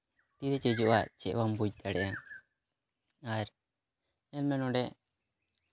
ᱛᱤᱨᱮ ᱪᱮᱧᱡᱚᱜᱼᱟ ᱪᱮᱫ ᱦᱚᱸ ᱵᱟᱢ ᱵᱩᱡᱽ ᱫᱟᱲᱮᱭᱟᱜᱼᱟ ᱟᱨ ᱧᱮᱞ ᱢᱮ ᱱᱚᱰᱮ